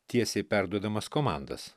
tiesiai perduodamas komandas